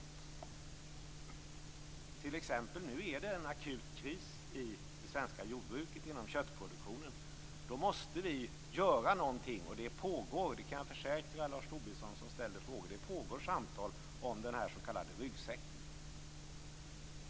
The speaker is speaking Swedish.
Nu är det t.ex. en akut kris i det svenska jordbruket inom köttproduktionen. Då måste vi göra någonting, och det pågår samtal om den s.k. ryggsäcken. Det kan jag försäkra Lars Tobisson som ställde frågor om det.